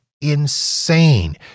insane